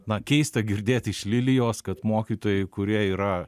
na keista girdėti iš lilijos kad mokytojai kurie yra